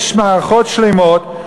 יש מערכות שלמות,